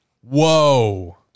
Whoa